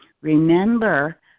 remember